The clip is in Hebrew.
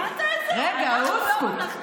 לא יכול להיות.